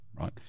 right